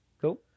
Cool